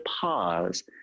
pause